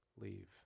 leave